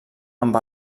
amb